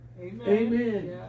Amen